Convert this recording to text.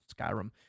Skyrim